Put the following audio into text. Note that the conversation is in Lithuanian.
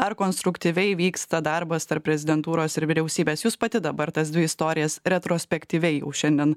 ar konstruktyviai vyksta darbas tarp prezidentūros ir vyriausybės jūs pati dabar tas dvi istorijas retrospektyviai jau šiandien